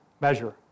measure